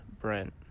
Brent